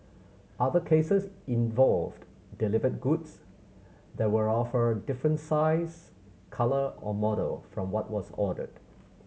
other cases involved delivered goods that were of a different size colour or model from what was ordered